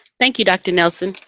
thank you, dr. nelson.